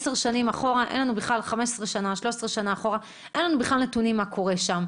עשר שנים אחורה אין לנו בכלל נתונים מה קורה שם.